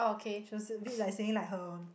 she was a bit like saying like her